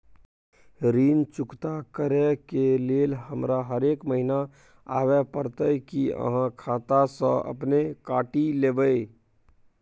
ऋण चुकता करै के लेल हमरा हरेक महीने आबै परतै कि आहाँ खाता स अपने काटि लेबै?